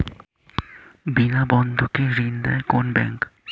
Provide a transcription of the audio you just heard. বিনা বন্ধক কে ঋণ দেয় কোন ব্যাংক?